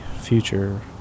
future